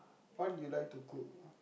what you like to cook